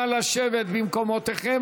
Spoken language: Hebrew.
נא לשבת במקומותיכם,